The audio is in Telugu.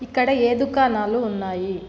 ఇక్కడ ఏ దుకాణాలు ఉన్నాయి